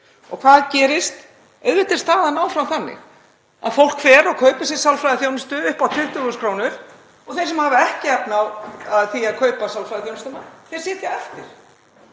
Og hvað gerist? Auðvitað er staðan áfram þannig að fólk fer og kaupir sér sálfræðiþjónustu upp á 20.000 kr. og þeir sem hafa ekki efni á því að kaupa sálfræðiþjónustuna sitja eftir.